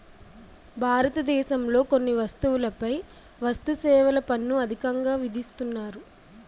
భారతదేశంలో కొన్ని వస్తువులపై వస్తుసేవల పన్ను అధికంగా విధిస్తున్నారు